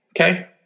Okay